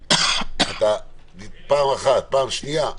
אתה נתפס פעם אחת ואז פעם שנייה.